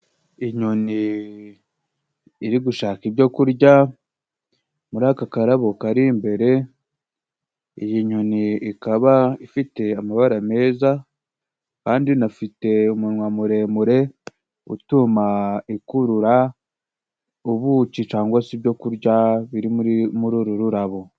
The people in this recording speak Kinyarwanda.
Inyoni iri gushaka ibyo kurya muri aka karabo kari imbere, iyi nyoni ikaba ifite amabara meza kandi inafite umunwa muremure utuma ikurura ubuki cangwa se ibyokurya biri muri uru rurabo.